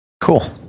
Cool